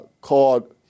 called